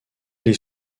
les